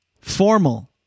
formal